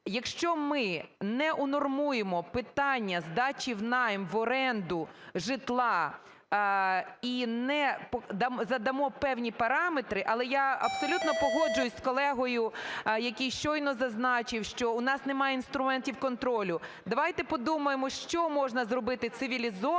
якщо ми не унормуємо питання здачі в найм (в оренду) житла і не задамо певні параметри, але я абсолютно погоджуюсь з колегою, який щойно зазначив, що у нас немає інструментів контролю, давайте подумаємо, що можна зробити цивілізованого